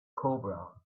cobra